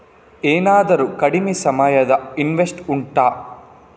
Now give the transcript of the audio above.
ಏನಾದರೂ ಕಡಿಮೆ ಸಮಯದ ಇನ್ವೆಸ್ಟ್ ಉಂಟಾ